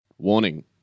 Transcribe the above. Warning